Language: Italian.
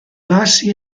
bassi